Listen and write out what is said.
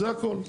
זה הכל.